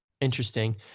Interesting